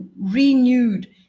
renewed